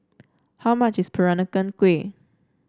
how much is Peranakan Kueh